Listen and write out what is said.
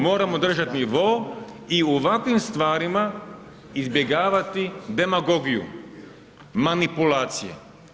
Moramo držati nivo i u ovakvim stvarima izbjegavati demagogiju, manipulacije.